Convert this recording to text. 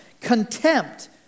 contempt